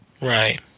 Right